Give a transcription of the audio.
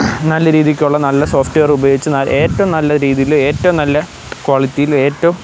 നല്ല രീതിക്കുള്ള നല്ല സോഫ്റ്റ്വെയർ ഉപയോഗിച്ച് ന ഏറ്റവും നല്ല രീതിയിൽ ഏറ്റവും നല്ല ക്വാളിറ്റിയിലും ഏറ്റവും